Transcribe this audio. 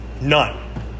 None